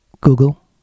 Google